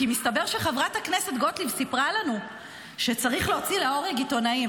כי מסתבר שחברת הכנסת גוטליב סיפרה לנו שצריך להוציא להורג עיתונאים.